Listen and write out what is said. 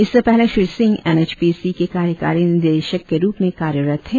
इससे पहले Shri Singh N H P C के कार्यकारी निदेशक के रुप में कार्यरत थे